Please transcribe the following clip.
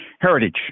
Heritage